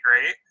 great